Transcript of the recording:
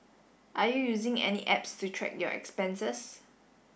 are you using any apps to track your expenses